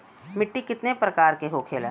मिट्टी कितने प्रकार के होखेला?